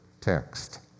text